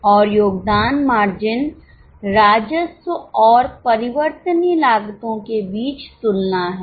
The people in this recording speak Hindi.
और योगदान मार्जिन राजस्व और परिवर्तनीय लागतों के बीच तुलना है